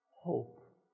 hope